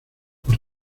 por